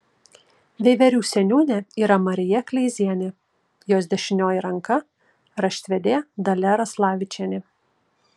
veiverių seniūnė yra marija kleizienė jos dešinioji ranka raštvedė dalia raslavičienė